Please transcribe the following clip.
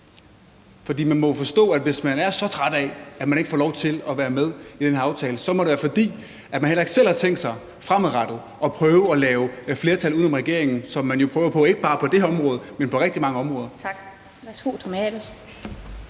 For man må jo forstå det sådan: Hvis man er så træt af, at man ikke får lov til at være med i den her aftale, må det være, fordi man heller ikke selv har tænkt sig fremadrettet at prøve at lave flertal uden om regeringen, som man jo prøver på, ikke bare på det her område, men på rigtig mange områder.